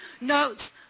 Notes